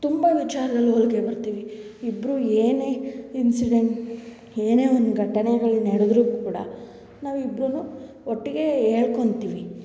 ತುಂಬ ವಿಚಾರ್ದಲ್ಲಿ ಹೋಲಿಕೆ ಬರ್ತೀವಿ ಇಬ್ಬರು ಏನೇ ಇನ್ಸಿಡೆಂಟ್ ಏನೇ ಒಂದು ಘಟನೆಗಳು ನೆಡ್ದ್ರು ಕೂಡ ನಾವು ಇಬ್ರು ಒಟ್ಟಿಗೆ ಹೇಳ್ಕೊತೀವಿ